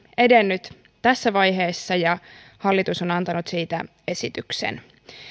edennyt tässä vaiheessa ja hallitus on antanut siitä esityksen